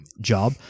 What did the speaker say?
job